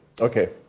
Okay